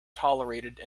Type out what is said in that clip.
tolerated